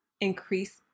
increase